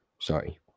sorry